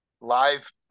live